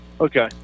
Okay